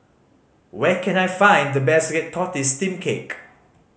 where can I find the best red tortoise steamed cake